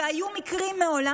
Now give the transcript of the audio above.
והיו מקרים מעולם